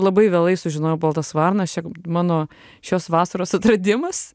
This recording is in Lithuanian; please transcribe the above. labai vėlai sužinojau baltas varnas čia mano šios vasaros atradimas